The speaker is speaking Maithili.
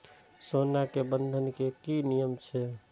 सोना के बंधन के कि नियम छै?